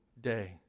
day